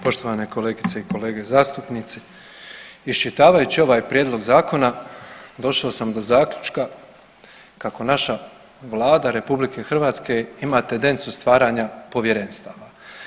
Poštovane kolegice i kolege zastupnici, iščitavajući ovaj prijedlog zakona došao sam do zaključka kako naša Vlada RH ima tendenciju stvaranja povjerenstava.